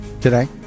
today